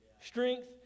strength